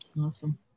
Awesome